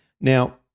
Now